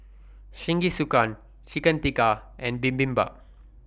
Jingisukan Chicken Tikka and Bibimbap